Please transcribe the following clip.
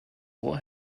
ohr